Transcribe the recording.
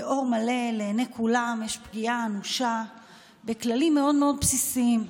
באור מלא לעיני כולם יש פגיעה אנושה בכללים מאוד מאוד בסיסיים.